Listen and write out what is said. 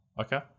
Okay